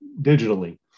digitally